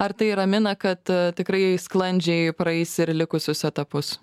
ar tai ramina kad tikrai sklandžiai praeis ir likusius etapus